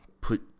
put